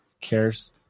cares